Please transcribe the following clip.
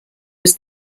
was